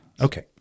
Okay